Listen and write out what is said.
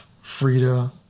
Frida